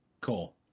cool